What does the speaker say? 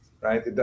right